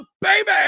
baby